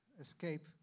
escape